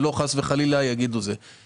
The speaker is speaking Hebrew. שלא חס וחלילה יגידו דבר מה.